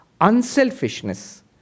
Unselfishness